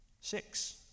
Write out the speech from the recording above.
Six